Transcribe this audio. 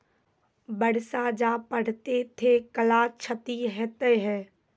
बरसा जा पढ़ते थे कला क्षति हेतै है?